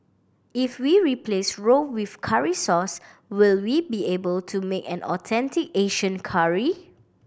if we replace roux with curry sauce will we be able to make an authentic Asian curry